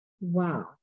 wow